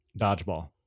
Dodgeball